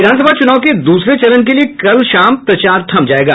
विधानसभा चूनाव के दूसरे चरण के लिये कल शाम प्रचार थम जायेगा